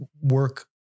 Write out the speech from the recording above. work